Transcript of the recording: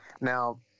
Now